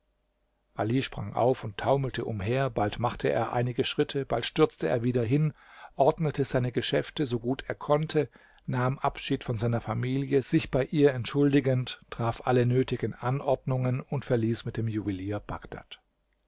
ali sprang auf und taumelte umher bald machte er einige schritte bald stürzte er wieder hin ordnete seine geschäfte so gut er konnte nahm abschied von seiner familie sich bei ihr entschuldigend traf alle nötigen anordnungen und verließ mit dem juwelier bagdad